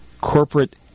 corporate